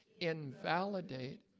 invalidate